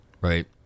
right